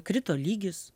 krito lygis